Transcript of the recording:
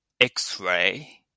X-ray